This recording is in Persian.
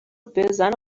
بزن